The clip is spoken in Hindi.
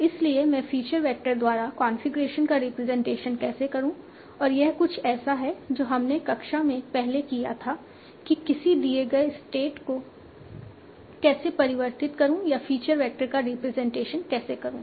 इसलिए मैं फीचर वैक्टर द्वारा कॉन्फ़िगरेशन का रिप्रेजेंटेशन कैसे करूं और यह कुछ ऐसा है जो हमने कक्षा में पहले किया था कि मैं किसी दिए गए स्टेट को कैसे परिवर्तित करूं या फीचर वेक्टर का रिप्रेजेंटेशन कैसे करूं